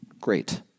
Great